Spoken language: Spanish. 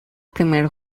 primer